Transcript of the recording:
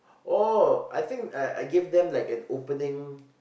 oh I think uh I gave them like an opening